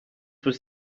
was